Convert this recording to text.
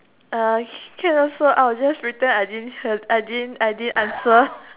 uh straight also I'll just return I didn't return I didn't I didn't answer